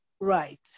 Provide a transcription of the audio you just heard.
right